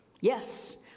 Yes